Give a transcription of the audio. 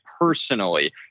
personally